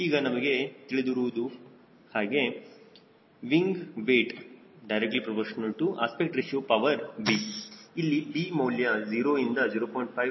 ಈಗ ನಮಗೆ ತಿಳಿದಿರುವ ಹಾಗೆ 𝑊𝑖𝑛𝑔 𝑊𝑒𝑖𝑔ℎ𝑡 ∝ 𝐴𝑅b ಇಲ್ಲಿ b ಮೌಲ್ಯವು 0 ಇಂದ 0